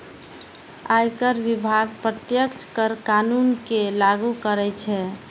आयकर विभाग प्रत्यक्ष कर कानून कें लागू करै छै